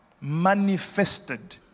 manifested